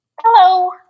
Hello